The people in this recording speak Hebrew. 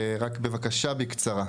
בבקשה בקצרה.